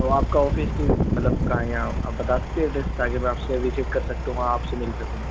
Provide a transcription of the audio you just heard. تو آپ کا آفس کی مطلب کہاں ہے یہاں آپ بتا سکتی ہے ایڈرس تاکہ میں آپ سے وچٹ کر سکتا ہوں آپ سے مل سکوں میں